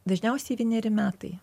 dažniausiai vieneri metai